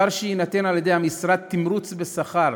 והמשרד יוכל לתמרץ בשכר